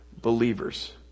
believers